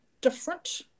different